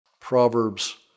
Proverbs